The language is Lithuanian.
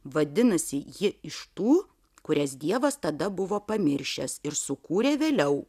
vadinasi ji iš tų kurias dievas tada buvo pamiršęs ir sukūrė vėliau